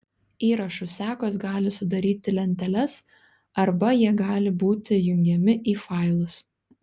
įrašų sekos gali sudaryti lenteles arba jie gali būti jungiami į failus